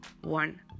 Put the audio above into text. one